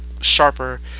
sharper